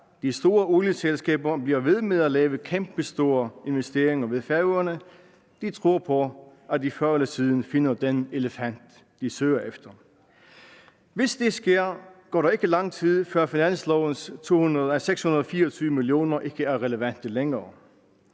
De store olieselskaber bliver ved med at lave kæmpestore investeringer ved Færøerne, de tror på, at de før eller siden finder den elefant, de søger efter. Hvis det sker, går der ikke lang tid, før finanslovens 624 mio. kr. ikke er relevante længere.